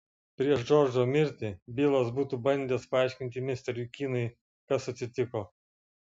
prieš džordžo mirtį bilas būtų bandęs paaiškinti misteriui kynui kas atsitiko